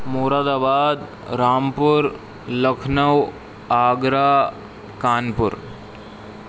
مراد آباد رامپور لکھنؤ آگرہ کانپور